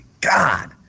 God